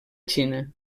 xina